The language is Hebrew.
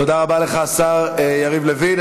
תודה רבה לך, השר יריב לוין.